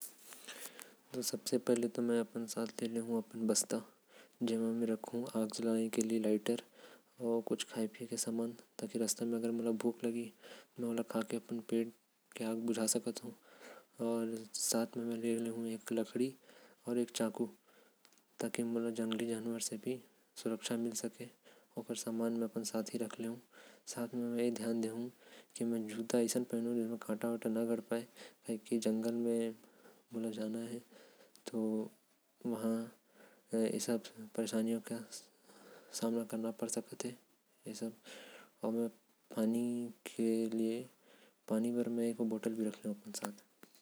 मे अपन साथ एक बस्ता रखूं। जेकर में आग जलाये बर लाइटर होही। खाये के कुछ सामान होही। अपन साथ एक लकड़ी भी रखूं अउ एक टो चाकूओं रखूं। जो कि मुझे जंगली जानवर मन से भी बचाहि। जूता पहीनो जो मोके कांटा से बछायी। पानी बर एक टो बोतलो रखना पढ़ी।